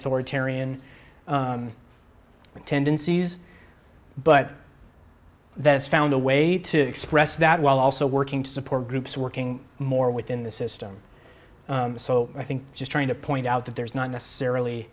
authoritarian tendencies but that has found a way to express that while also working to support groups working more within the system so i think just trying to point out that there's not necessarily